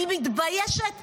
אני מתביישת שהילדים,